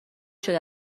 شده